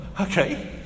okay